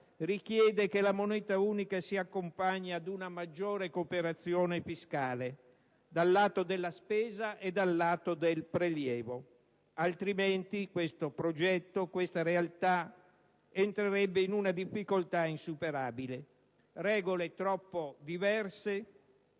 richiede che la moneta unica si accompagni ad una maggiore cooperazione fiscale dal lato della spesa e dal lato del prelievo, altrimenti, questo progetto, questa realtà entrerebbero in una difficoltà insuperabile. Regole troppo diverse,